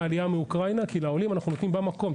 העלייה מאוקראינה כי לעולים אנחנו נותנים במקום,